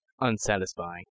unsatisfying